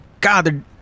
God